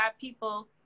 people